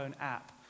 app